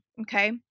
okay